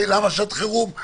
למה שעת חירום?